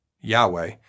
Yahweh